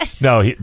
No